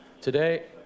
today